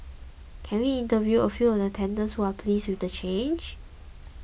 can we interview a few of the tenants who are pleased with the change